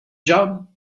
job